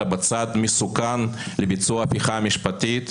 אלא בצעד מסוכן לביצוע ההפיכה המשפטית,